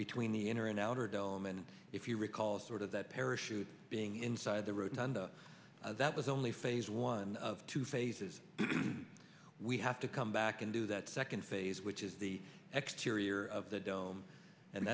between the inner and outer dome and if you recall sort of that parachute being inside the rotunda that was only phase one of two phases we have to come back and do that second phase which is the x cheerier of the dome and